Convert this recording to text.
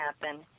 happen